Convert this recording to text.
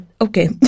okay